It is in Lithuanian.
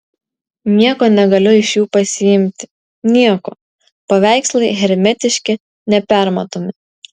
nieko negaliu iš jų pasiimti nieko paveikslai hermetiški nepermatomi